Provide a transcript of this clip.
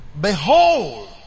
Behold